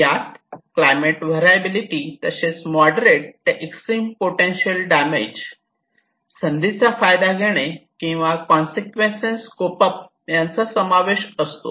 यात climate variability तसेच moderate ते एक्स्ट्रीम पोटेन्शियल डॅमेज संधीचा फायदा घेणे किंवा कोन्ससिक्वेन्स कोप अप यांचा समावेश असतो